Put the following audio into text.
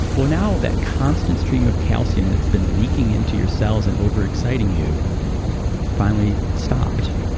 well, now that constant stream of calcium that's been leaking into your cells and overexciting you finally stopped